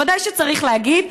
ודאי שצריך להגיד.